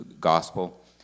gospel